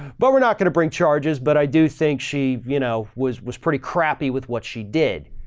but we're not going to bring charges. but i do think she, you know, was, was pretty crappy with what she did.